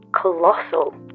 colossal